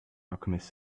alchemist